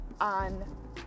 on